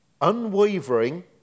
unwavering